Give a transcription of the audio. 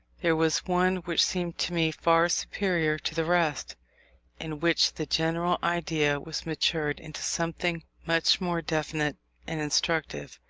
there was one which seemed to me far superior to the rest in which the general idea was matured into something much more definite and instructive.